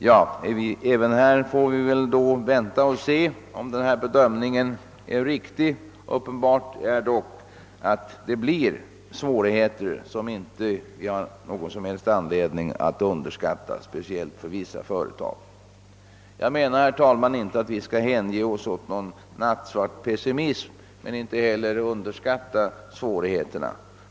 Ja, även här får vi väl vänta och se om bedömningen är riktig — uppenbart blir det dock svårigheter som vi inte har någon som helst anledning att underskatta, speciellt för vissa företag. Jag menar inte, herr talman, att vi skall hänge oss åt någon nattsvart pessimism, men svårigheterna bör inte heller underskattas.